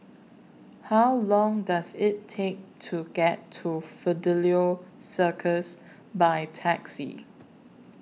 How Long Does IT Take to get to Fidelio Circus By Taxi